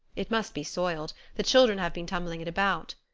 it must be soiled the children have been tumbling it about.